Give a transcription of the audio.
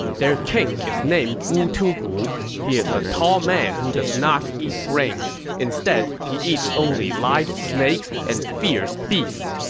their king is named wu tugu. he is a tall man who does not eat grains. instead, he eats only live snakes and fierce beasts.